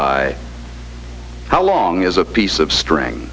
by how long is a piece of stri